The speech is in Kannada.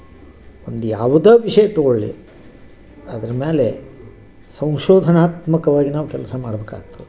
ಒಂದು ಯಾವುದೇ ವಿಷಯ ತಗೊಳ್ಳಿ ಅದ್ರ ಮೇಲೆ ಸಂಶೋಧನಾತ್ಮಕವಾಗಿ ನಾವು ಕೆಲಸ ಮಾಡ್ಬೇಕಾಗ್ತದೆ